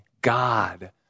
God